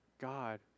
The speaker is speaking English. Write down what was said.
God